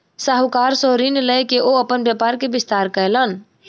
साहूकार सॅ ऋण लय के ओ अपन व्यापार के विस्तार कयलैन